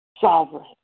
Sovereign